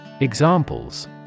Examples